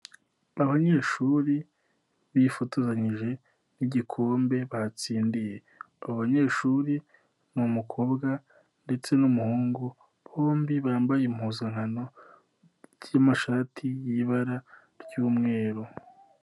Abanyeshuri bifotozanyije nigikombe batsindiye, abo banyeshuri n'umukobwa ndetse n'umuhungu bombi bambaye impuzankano zimashati y'ibara ry'umweru.